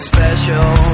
Special